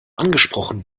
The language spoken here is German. angesprochen